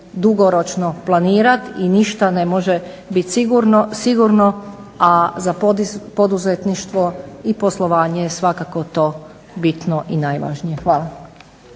dugoročno planirati i ništa ne može biti sigurno, a za poduzetništvo i poslovanje je svakako to bitno i najvažnije. Hvala.